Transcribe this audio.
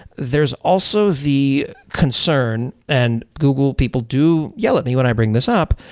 there is also the concern, and google people do yell at me when i bring this up,